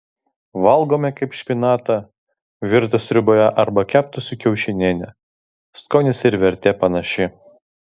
valgome kaip špinatą virtą sriuboje arba keptą su kiaušiniene skonis ir vertė panaši